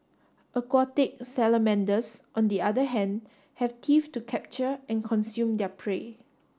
aquatic salamanders on the other hand have teeth to capture and consume their prey